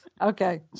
Okay